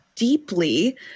deeply